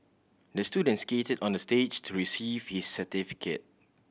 the student skated on the stage to receive his certificate